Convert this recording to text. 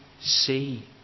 see